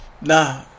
Nah